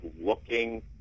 looking